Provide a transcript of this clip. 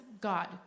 God